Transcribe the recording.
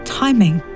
timing